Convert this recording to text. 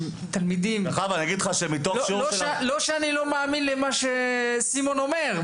לא שאני לא מאמין למה שחבר הכנסת סימון אומר,